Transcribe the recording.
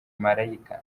malaika